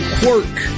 quirk